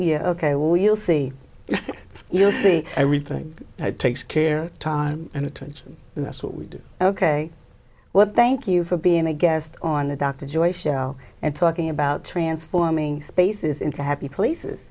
yeah ok well you'll see you'll see everything takes care time and attention and that's what we do ok well thank you for being a guest on the dr joy show and talking about transforming spaces into happy places